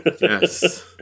Yes